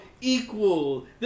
equal